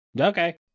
okay